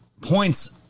points